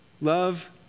Love